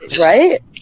Right